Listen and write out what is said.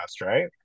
right